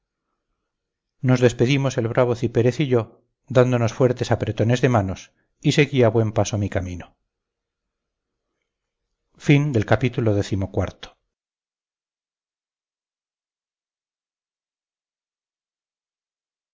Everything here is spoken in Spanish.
nos despedimos el bravo cipérez y yo dándonos fuertes apretones de manos y seguí a buen paso mi camino